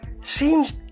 Seems